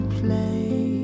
play